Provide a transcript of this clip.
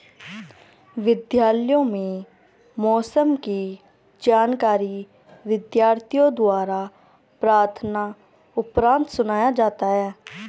विद्यालयों में मौसम की जानकारी विद्यार्थियों द्वारा प्रार्थना उपरांत सुनाया जाता है